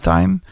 Time